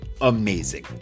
amazing